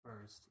first